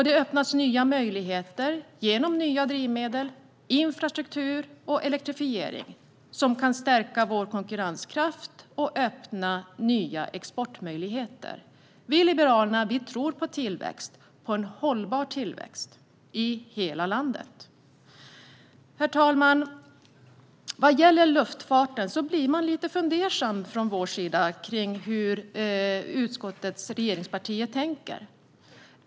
Det öppnas nya möjligheter genom nya drivmedel, infrastruktur och elektrifiering som kan stärka vår konkurrenskraft och öppna nya exportmöjligheter. Vi i Liberalerna tror på tillväxt - hållbar tillväxt - i hela landet. Herr talman! Vad gäller luftfarten blir vi lite fundersamma över hur regeringspartierna i utskottet tänker.